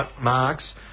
marks